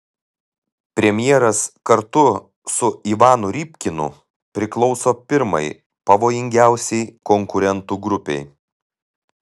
premjeras kartu su ivanu rybkinu priklauso pirmai pavojingiausiai konkurentų grupei